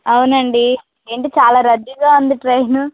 అవునండి ఏంటి చాలా రద్దీగా ఉంది ట్రైను